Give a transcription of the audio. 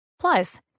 Plus